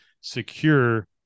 secure